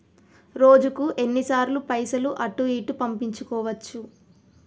రోజుకు ఎన్ని సార్లు పైసలు అటూ ఇటూ పంపించుకోవచ్చు?